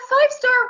five-star